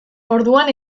orduan